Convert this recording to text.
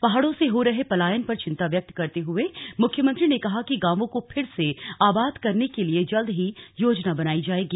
पहाड़ों से हो रहे पलायन पर चिंता व्यक्त करते हुए मुख्यमंत्री ने कहा कि गांवों को फिर से आबाद करने के लिए जल्द ही योजना बनाई जाएगी